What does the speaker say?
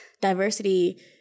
Diversity